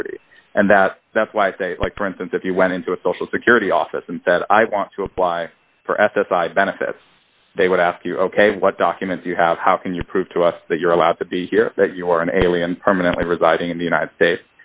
liberty and that that's why they like for instance if you went into a social security office and said i want to apply for s s i benefits they would ask you ok what documents you have how can you prove to us that you're allowed to be here that you are an alien permanently residing in the united states